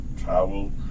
travel